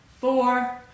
four